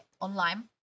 online